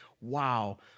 wow